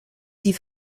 die